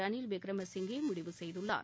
ரணில் விக்ரமசிங்கே முடிவு செய்துள்ளார்